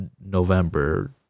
November